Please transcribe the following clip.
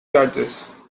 charges